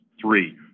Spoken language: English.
three